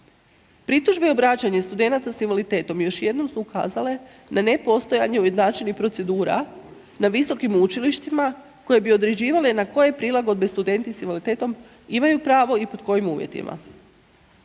Pritužbe i obraćanja studenata s invaliditetom, još jednom su ukazale na nepostojanje ujednačenih procedura na visokim učilištima koje bi određivale na koje prilagodbe studenti s invaliditetom imaju pravo i pod kojim uvjetima.